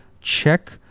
check